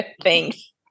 thanks